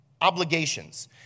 obligations